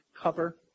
cover